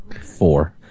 Four